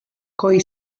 coi